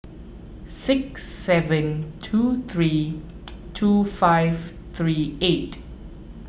six seven two three two five three eight